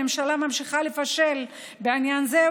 הממשלה ממשיכה לפשל בעניין זה,